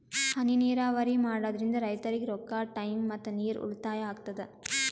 ಹನಿ ನೀರಾವರಿ ಮಾಡಾದ್ರಿಂದ್ ರೈತರಿಗ್ ರೊಕ್ಕಾ ಟೈಮ್ ಮತ್ತ ನೀರ್ ಉಳ್ತಾಯಾ ಆಗ್ತದಾ